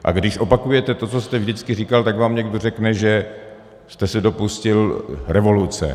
A když opakujete to, co jste vždycky říkal, tak vám někdo řekne, že jste se dopustil revoluce.